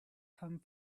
come